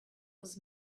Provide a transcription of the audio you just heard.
was